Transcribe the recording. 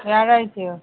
വ്യാഴാഴ്ച്ചയോ